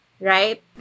right